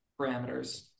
parameters